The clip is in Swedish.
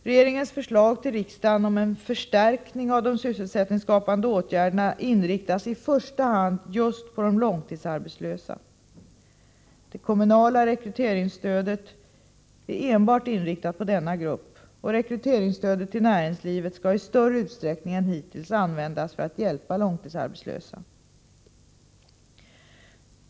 Regeringens förslag till riksdagen om en förstärkning av de sysselsättningsskapande åtgärderna inriktas i första hand just på de långtidsarbetslösa. Det kommunala rekryteringsstödet är enbart inriktat på denna grupp, och rekryteringsstödet till näringslivet skall i större utsträckning än hittills användas för att hjälpa långtidsarbetslösa.